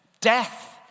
death